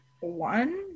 One